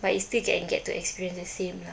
but you still can get to experience the same lah